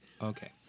Okay